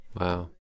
Wow